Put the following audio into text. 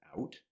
out